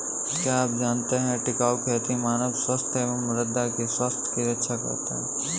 क्या आप जानते है टिकाऊ खेती मानव स्वास्थ्य एवं मृदा की स्वास्थ्य की रक्षा करता हैं?